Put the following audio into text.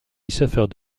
suffered